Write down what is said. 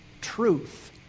truth